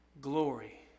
glory